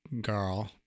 girl